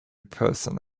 person